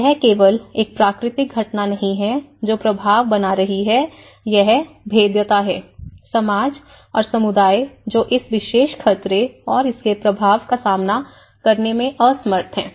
तो यह केवल एक प्राकृतिक घटना नहीं है जो प्रभाव बना रही है यह भेद्यता है समाज और समुदाय जो उस विशेष खतरे और इसके प्रभाव का सामना करने में असमर्थ हैं